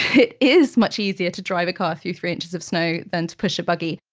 it is much easier to drive a car through three inches of snow than to push a buggy.